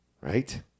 Right